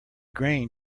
grain